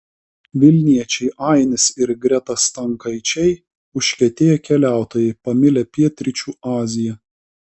vilniečiai ainis ir greta stankaičiai užkietėję keliautojai pamilę pietryčių aziją